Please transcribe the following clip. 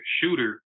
shooter